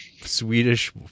Swedish